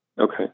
Okay